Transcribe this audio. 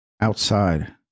outside